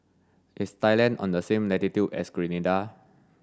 is Thailand on the same latitude as Grenada